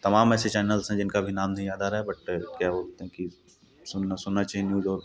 तमाम ऐसे चैनल्स हैं जिनका नाम अभी नहीं याद आ रहा है बट क्या होता है कि सुनना सुनना चाहिए न्यूज़ और